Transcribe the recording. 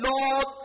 Lord